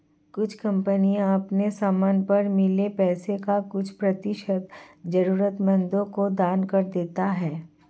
कुछ कंपनियां अपने समान पर मिले पैसे का कुछ प्रतिशत जरूरतमंदों को दान कर देती हैं